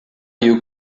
you